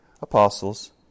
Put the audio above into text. apostles